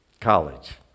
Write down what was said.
college